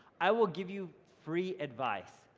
i will give you free advice.